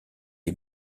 est